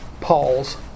Paul's